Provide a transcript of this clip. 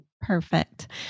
Perfect